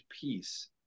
peace